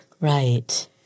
Right